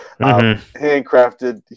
Handcrafted